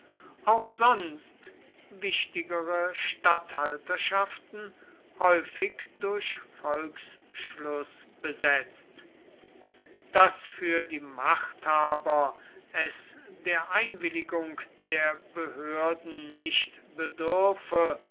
auch sonst wichtigere statthalterschaften häufig durch volksschluß besetzt daß für die machthaber es der einwilligung der behörden nicht bedürfe